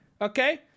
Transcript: okay